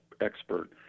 expert